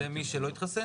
זה לגבי מי שלא התחסן?